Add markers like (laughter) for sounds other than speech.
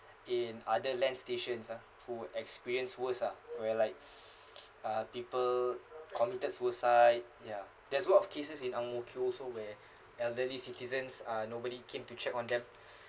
in other land stations ah who would experience worst ah where like uh people committed suicide ya there's a lot of cases in Ang Mo Kio also where (breath) elderly citizens uh nobody came to check on them (breath)